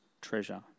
treasure